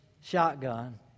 shotgun